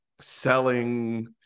selling